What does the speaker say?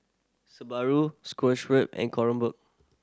Subaru and Kronenbourg